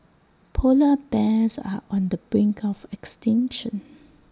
Polar Bears are on the brink of extinction